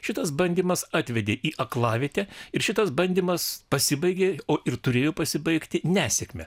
šitas bandymas atvedė į aklavietę ir šitas bandymas pasibaigė o ir turėjo pasibaigti nesėkme